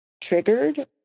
triggered